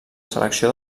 selecció